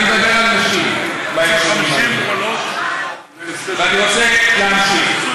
אני מדבר על נשים בהקשרים האלה, ואני רוצה להמשיך.